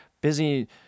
busy